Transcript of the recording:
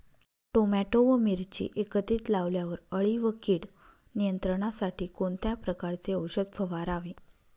Tomato व मिरची एकत्रित लावल्यावर अळी व कीड नियंत्रणासाठी कोणत्या प्रकारचे औषध फवारावे?